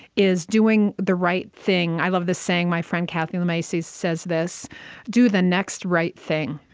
is doing the right thing. i love this saying my friend, kathy lemay, says says this do the next right thing.